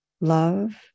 love